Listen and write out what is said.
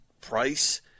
price